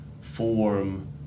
form